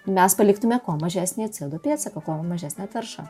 mes paliktume kuo mažesnį co du pėdsaką kuo mažesnę taršą